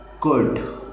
good